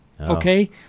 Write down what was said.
okay